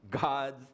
God's